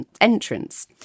entrance